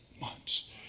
months